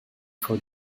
for